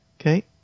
Okay